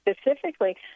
specifically